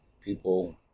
people